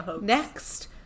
next